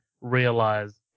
realize